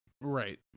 Right